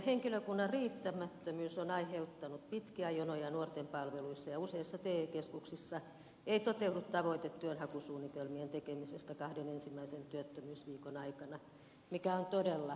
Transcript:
henkilökunnan riittämättömyys on aiheuttanut pitkiä jonoja nuorten palveluissa ja useissa te keskuksissa ei toteudu tavoite työnhakusuunnitelmien tekemisestä kahden ensimmäisen työttömyysviikon aikana mikä on todella valitettavaa